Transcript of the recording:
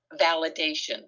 validation